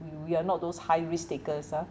w~ we are not those high risk takers ah